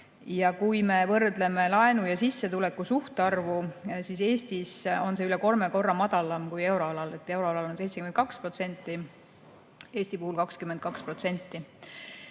Ja kui me võrdleme laenu ja sissetuleku suhtarvu, siis Eestis on see üle kolme korra madalam kui euroalal: euroalal on 72%, Eesti puhul 22%.